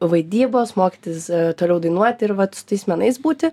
vaidybos mokytis toliau dainuot ir vat su tais menais būti